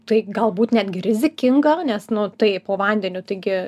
tai galbūt netgi rizikinga nes nu tai po vandeniu taigi